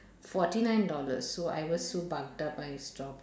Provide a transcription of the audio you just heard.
forty nine dollars so I was so bugged up I stop